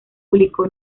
publicó